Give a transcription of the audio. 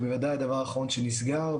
היא בוודאי הדבר האחרון שנסגר,